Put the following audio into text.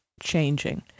changing